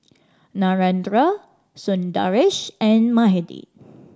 Narendra Sundaresh and Mahade